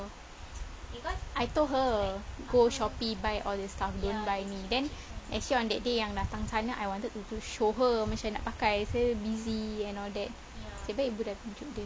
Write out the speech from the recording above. I told her go shopee buy all the stuff don't buy me then actually on that day yang datang sana I wanted to show her macam mana nak pakai so busy and all that nasib baik ibu dah tunjuk dia